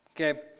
okay